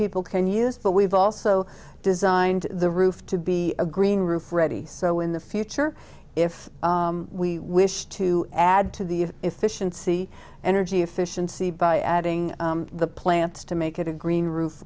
people can use but we've also designed the roof to be a green roof ready so in the future if we wish to add to the efficiency energy efficiency by adding the plant to make it a green roof